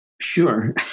sure